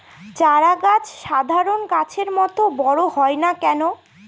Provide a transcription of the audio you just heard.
চারা গাছ সাধারণ গাছের মত বড় হয় না কেনো?